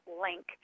link